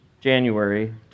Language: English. January